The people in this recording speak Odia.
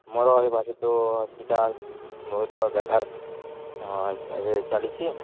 ମୋର ତ ହସ୍ପିଟାଲ୍ ବହୁତ ବେକାରରେ ଚାଲିଛି